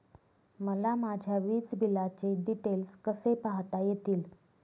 मला माझ्या वीजबिलाचे डिटेल्स कसे पाहता येतील?